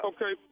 Okay